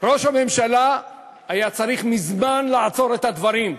ראש הממשלה היה צריך מזמן לעצור את הדברים.